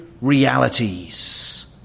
realities